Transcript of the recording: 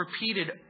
repeated